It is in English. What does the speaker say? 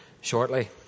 shortly